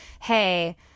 hey